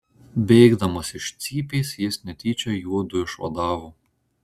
bėgdamas iš cypės jis netyčia juodu išvadavo